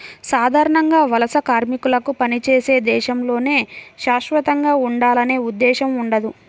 సాధారణంగా వలస కార్మికులకు పనిచేసే దేశంలోనే శాశ్వతంగా ఉండాలనే ఉద్దేశ్యం ఉండదు